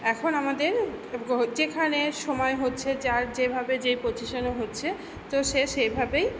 এখন আমাদের যেখানে সময় হচ্ছে যার যেভাবে যে পজিশানে হচ্ছে তো সে সেভাবেই